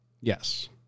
Yes